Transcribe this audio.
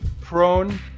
prone